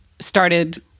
started